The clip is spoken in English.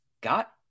got